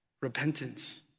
Repentance